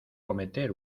cometer